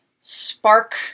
spark